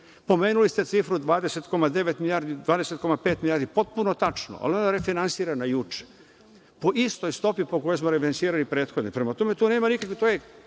dospeća. Pomenuli ste cifru od 20,5 milijardi, potpuno tačno. Ali, ona je refinansirana juče, po istoj stopi po kojoj smo refinansirali prethodne. Prema tome, to je hartija koja